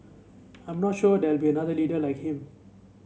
I'm not sure there will be another leader like him